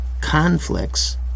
conflicts